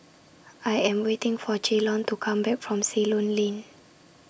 I Am waiting For Jaylon to Come Back from Ceylon Lane